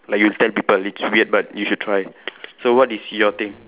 like you tell people it's weird but you should try so what is your thing